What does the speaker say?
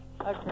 Okay